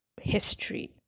history